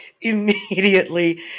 immediately